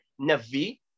Navi